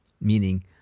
meaning